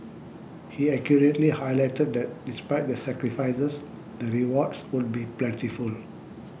he accurately highlighted that despite the sacrifices the rewards would be plentiful